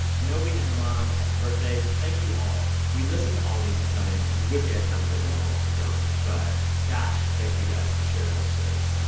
novae and her mom, happy birthday. thank you all. we listen to all of these that come in. and we wish we had time to play them all. we don't. but gosh, thank you guys for sharing those things.